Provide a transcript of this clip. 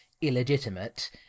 illegitimate